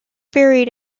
buried